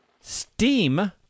Steam